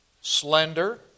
slender